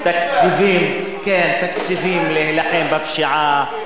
תרבות לא משנים ביום אחד.